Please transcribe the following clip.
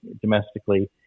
domestically